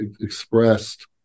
expressed